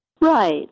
Right